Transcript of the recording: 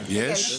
יש.